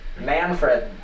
Manfred